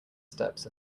steps